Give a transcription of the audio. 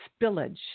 spillage